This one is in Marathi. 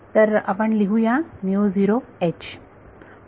तर आपण लिहू या